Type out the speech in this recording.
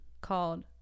Called